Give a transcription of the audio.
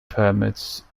permits